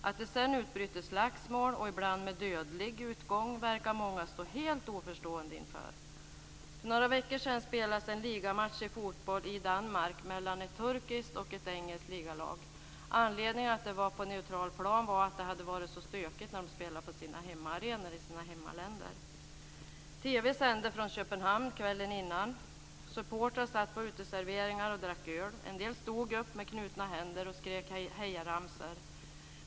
Att det sedan utbryter slagsmål, ibland med dödlig utgång, verkar många stå helt oförstående inför. För några veckor sedan spelades en ligamatch i fotboll i Danmark mellan ett turkiskt och ett engelskt ligalag. Anledningen till att matchen var på neutral plan var att det hade varit så stökigt när de spelade på sina hemmaarenor i sina länder. TV sände från Köpenhamn kvällen innan. Supportrar satt på uteserveringar och drack öl. En del stod upp med knutna händer och skrek hejaramsor.